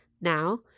now